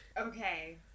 Okay